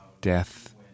Death